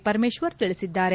ಪರಮೇಶ್ವರ್ ತಿಳಿಸಿದ್ದಾರೆ